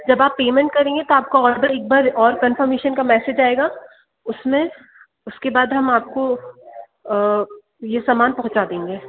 जब आप पेमेंट करेंगे तो आपको और एक बार और कन्फर्मेशन का मैसेज आएगा उस में उसके बाद हम आपको ये सामान पहुंचा देंगे